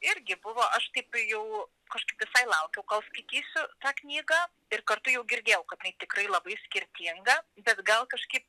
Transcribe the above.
irgi buvo aš kaip jau kažkaip visai laukiau kol skaitysiu tą knygą ir kartu jau girdėjau kad jinai tikrai labai skirtinga bet gal kažkaip